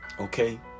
Okay